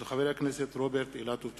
מאת חבר הכנסת רוברט אילטוב.